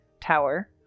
tower